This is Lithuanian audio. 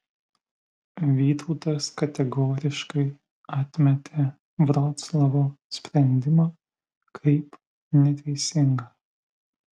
vytautas kategoriškai atmetė vroclavo sprendimą kaip neteisingą